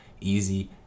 easy